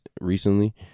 recently